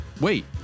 Wait